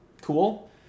cool